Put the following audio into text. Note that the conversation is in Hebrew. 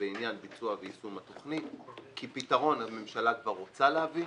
בעניין ביצוע ויישום התכנית כי פתרון הממשלה כבר רוצה להביא,